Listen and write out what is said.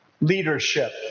Leadership